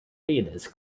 theaters